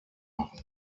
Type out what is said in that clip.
machen